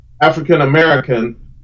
African-American